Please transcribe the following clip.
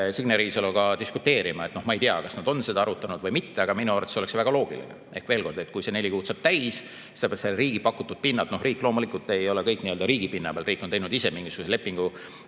Signe Riisaloga diskuteerima. Ma ei tea, kas nad on seda arutanud või mitte, aga minu arvates oleks see väga loogiline. Veel kord: kui see neli kuud saab täis, pead sa sellelt riigi pakutud pinnalt [lahkuma]. Loomulikult ei ole nad kõik nii-öelda riigi pinna peal, riik on teinud mingisuguse lepingu